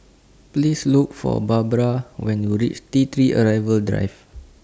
Please Look For Barbra when YOU REACH T three Arrival Drive